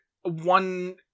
one